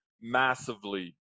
massively